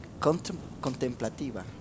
contemplativa